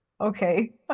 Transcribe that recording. okay